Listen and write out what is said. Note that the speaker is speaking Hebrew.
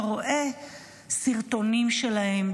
אתה רואה סרטונים שלהם,